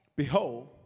Behold